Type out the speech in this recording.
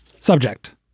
Subject